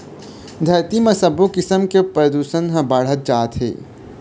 धरती म सबो किसम के परदूसन ह बाढ़त जात हे